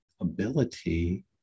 ability